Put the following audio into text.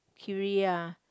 Queria